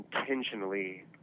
intentionally